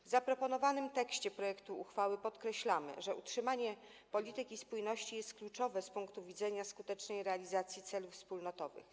W zaproponowanym tekście projektu uchwały podkreślamy, że utrzymanie polityki spójności jest kluczowe z punktu widzenia skutecznej realizacji celów wspólnotowych.